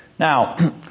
Now